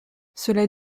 cela